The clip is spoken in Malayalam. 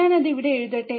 ഞാനത് ഇവിടെ എഴുതട്ടെ